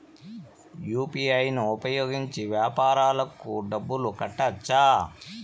UPI ను ఉపయోగించి వ్యాపారాలకు డబ్బులు కట్టొచ్చా?